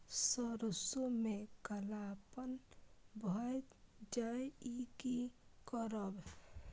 सरसों में कालापन भाय जाय इ कि करब?